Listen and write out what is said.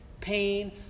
pain